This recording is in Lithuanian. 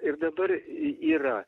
ir dabar y yra